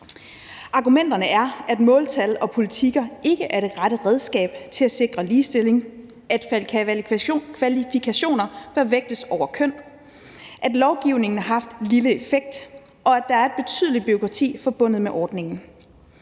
Argumenterne er, at måltal og politikker ikke er det rette redskab til at sikre ligestilling, at kvalifikationer bør vægtes over køn, at lovgivningen har haft lille effekt, og at der er et betydeligt bureaukrati forbundet med ordningen.